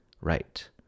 right